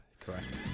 Correct